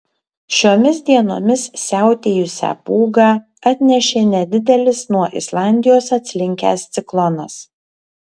šiomis dienomis siautėjusią pūgą atnešė nedidelis nuo islandijos atslinkęs ciklonas